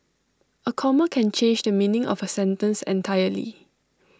A comma can change the meaning of A sentence entirely